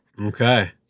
Okay